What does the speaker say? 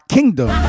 Kingdom